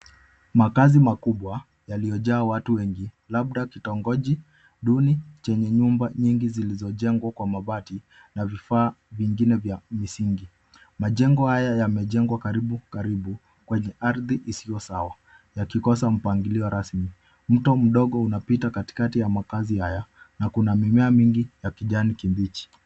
Makazi makubwa yaliyojaa watu wengi labda kitongoji duni, chenye nyumba nyingi zilizojengwa kwa mabati, na vifaa vingine vya misingi. Majengo haya yamejengwa karibu, karibu kwenye ardhi isiyo sawa, yakikosa mpangilio rasmi. Mto mdogo unapita katikati ya makazi haya na kuna mimea mingi ya kijani kibichi.